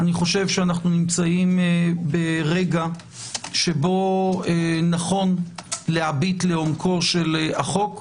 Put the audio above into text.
אני חושב שאנו נמצאים ברגע שבו נכון להביט לעומקו של החוק,